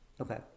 Okay